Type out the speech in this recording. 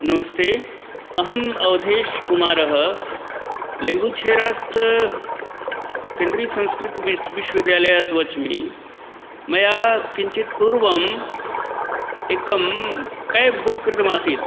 नमस्ते अहम् अवधेशकुमारः लिम्बुचेरास्थ केन्द्रीय संस्कृत विश्वविद्यालयात् वच्मि मया किञ्चित् पूर्वम् एकं कैब् बुक् कृतमासीत्